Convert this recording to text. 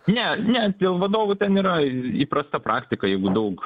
ne ne dėl vadovų ten yra įprasta praktika jeigu daug